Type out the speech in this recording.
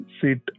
seat